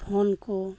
phone ᱠᱚ